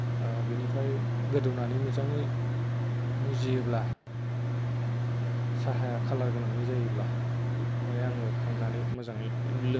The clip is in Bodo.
बेफ्राय गोदौनानै मोजांयै मुजियोब्ला साहाया कालार गोनांनि जायोब्ला बेखौहाय आङो खांनानै मोजांयै लोङो